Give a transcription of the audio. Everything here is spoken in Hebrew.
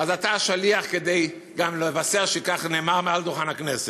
אז אתה השליח כדי לבשר שכך נאמר מעל דוכן הכנסת.